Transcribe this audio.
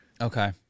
Okay